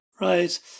Right